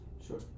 Sure